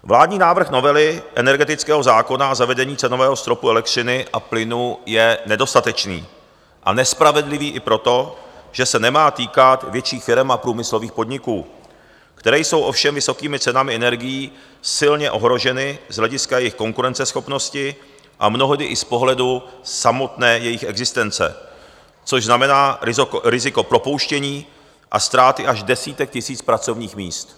Vládní návrh novely energetického zákona na zavedení cenového stropu elektřiny a plynu je nedostatečný a nespravedlivý i proto, že se nemá týkat větších firem a průmyslových podniků, které jsou ovšem vysokými cenami energií silně ohroženy z hlediska jejich konkurenceschopnosti a mnohdy i z pohledu samotné jejich existence, což znamená riziko propouštění a ztráty až desítek tisíc pracovních míst.